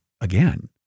again